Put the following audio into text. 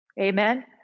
Amen